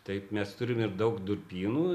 taip mes turim ir daug durpynų